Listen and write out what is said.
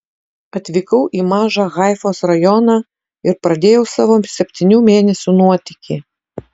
atvykau į mažą haifos rajoną ir pradėjau savo septynių mėnesių nuotykį